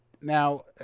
Now